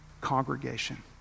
congregation